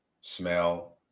smell